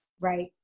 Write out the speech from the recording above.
Right